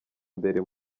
mbere